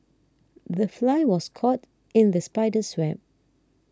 the fly was caught in the spider's web